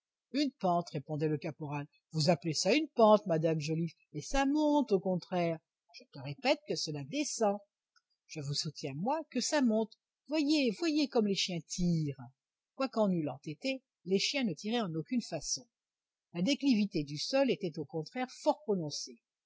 une pente répondait le caporal vous appelez cela une pente madame joliffe mais ça monte au contraire je te répète que cela descend je vous soutiens moi que ça monte voyez voyez comme les chiens tirent quoi qu'en eût l'entêté les chiens ne tiraient en aucune façon la déclivité du sol était au contraire fort prononcée